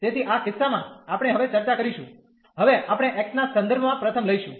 તેથી આ કિસ્સામાં આપણે હવે ચર્ચા કરીશું હવે આપણે x ના સંદર્ભમાં પ્રથમ લઈશું